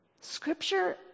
Scripture